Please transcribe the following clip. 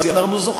אני לא מטיל